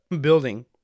building